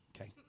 Okay